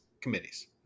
committees